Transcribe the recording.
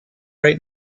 right